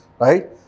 right